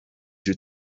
due